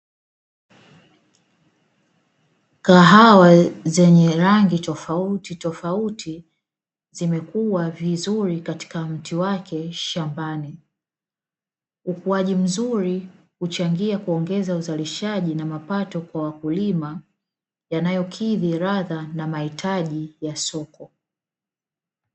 Kahawa zenye rangi tofauti tofauti zimekuwa vizuri katika mti wake shambani, ukuaji mzuri huchangia kuongeza uzalishaji na mapato kwa wakulima. Yanayokidhi ladha na mahitaji ya soko.